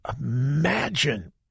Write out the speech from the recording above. imagine